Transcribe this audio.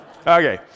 Okay